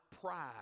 pride